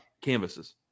canvases